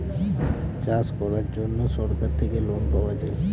চাষ করার জন্য সরকার থেকে লোন পাওয়া যায়